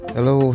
Hello